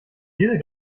diese